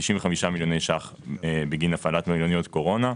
95 מיליון שקלים נוצרו בגין הפעלת מלוניות קורונה,